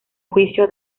juicio